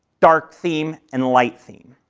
dark theme, and light theme.